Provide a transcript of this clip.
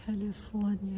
California